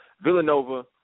Villanova